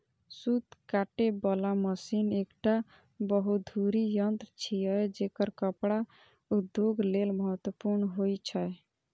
सूत काटे बला मशीन एकटा बहुधुरी यंत्र छियै, जेकर कपड़ा उद्योग लेल महत्वपूर्ण होइ छै